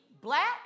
black